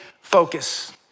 focus